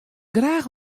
graach